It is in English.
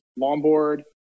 Longboard